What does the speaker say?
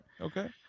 Okay